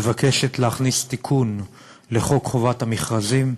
מבקשת להכניס תיקון לחוק חובת המכרזים,